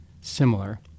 similar